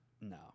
No